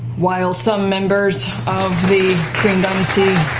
while some members of the kryn dynasty